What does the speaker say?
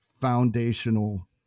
foundational